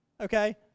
Okay